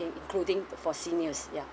including for seniors ya